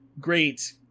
great